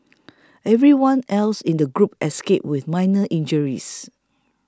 everyone else in the group escaped with minor injuries